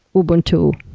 ubuntu,